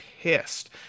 pissed